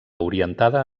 orientada